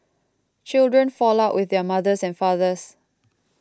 children fall out with their mothers and fathers